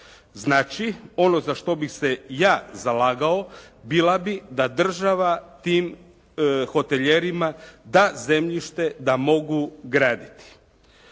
Znači, ono za što bih se ja zalagao, bila bi da država tim hotelijerima da zemljište da mogu graditi.